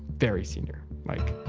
very senior. like,